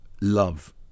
love